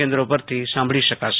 કેન્દ્રો પરથી સાંભળી શકાશે